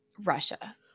Russia